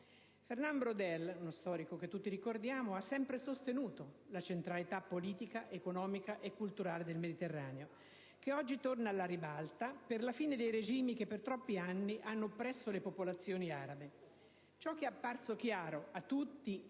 Fernand Braudel, storico che tutti ricordiamo, ha sempre sostenuto la centralità politica, economica e culturale del Mediterraneo che oggi torna alla ribalta per la fine dei regimi che per troppi anni hanno oppresso le popolazioni arabe. Ciò che è apparso chiaro a tutti è che